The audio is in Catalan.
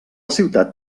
ciutat